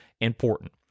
important